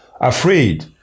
afraid